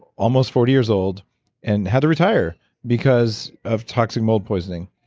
almost forty years old and had to retire because of toxic mold poisoning.